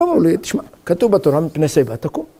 אמרו לי, תשמע, כתוב בתורה, מפני שיבה תקום.